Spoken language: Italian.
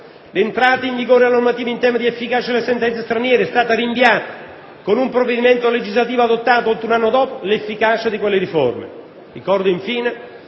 l'entrata in vigore della normativa in tema di efficacia delle sentenze straniere è stata rinviata con un provvedimento legislativo adottato oltre un anno dopo l'efficacia di quelle riforme. Ricordo infine